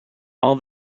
all